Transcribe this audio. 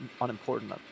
unimportant